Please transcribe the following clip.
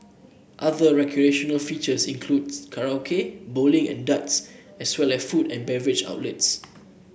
other recreational features includes karaoke bowling and darts as well as food and beverage outlets